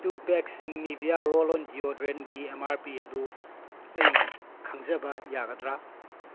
two ꯄꯦꯛꯁꯤꯡ ꯅꯤꯕꯤꯌꯥ roll on ꯗꯤꯑꯣꯗꯣꯔꯦꯟꯒꯤ ꯑꯦꯝ ꯑꯥꯔ ꯄꯤ ꯑꯗꯨ ꯑꯩ ꯈꯪꯖꯕ ꯌꯥꯒꯗ꯭ꯔꯥ